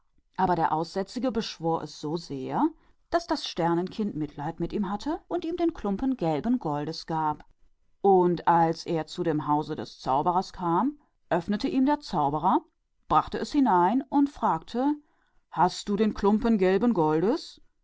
aber der aussätzige bat es so sehr daß das sternenkind mitleid mit ihm hatte und ihm das stück gelben goldes gab und als es zum hause des zauberers kam öffnete der zauberer ihm und ließ es herein und sagte hast du das stück gelben goldes